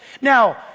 Now